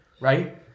right